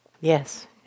Yes